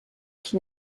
qui